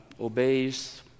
obeys